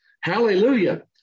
hallelujah